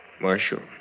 Marshal